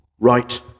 right